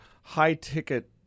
high-ticket